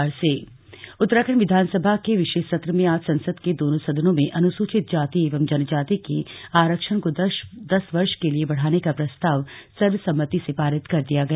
विधानसभा सत्र उत्तराखंड विधानसभा के विशेष सत्र में आज संसद के दोनों सदनों में अनुसूचित जाति जनजाति के आरक्षण को दस वर्ष के लिए बढ़ाने का प्रस्ताव सर्वसम्मति से पारित कर दिया गया